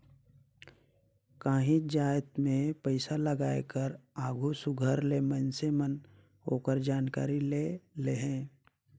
काहींच जाएत में पइसालगाए कर आघु सुग्घर ले मइनसे मन ओकर जानकारी ले लेहें